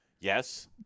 Yes